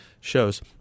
shows